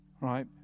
right